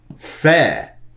Fair